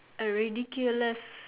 a ridiculous